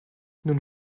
nun